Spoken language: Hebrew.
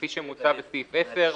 כפי שמוצע בסעיף 10,